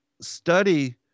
study